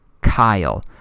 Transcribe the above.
Kyle